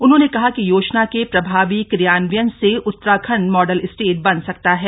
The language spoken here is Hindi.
उन्होंने कहा कि योजना के प्रभावी क्रियान्वयन से उत्तराखण् मॉ ल स्टेट बन सकता है